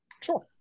sure